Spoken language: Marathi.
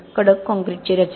कडक कंक्रीटची रचना